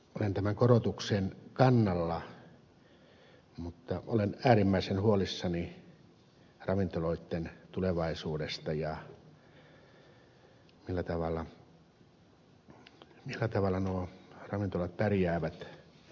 olen tämän korotuksen kannalla mutta olen äärimmäisen huolissani ravintoloitten tulevaisuudesta ja siitä millä tavalla ravintolat pärjäävät